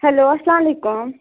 hello اَسلامُ علیکُم